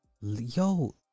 Yo